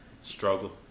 Struggle